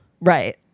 Right